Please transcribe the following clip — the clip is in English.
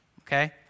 okay